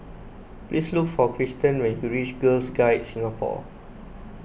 please look for Kristian when you reach Girl Guides Singapore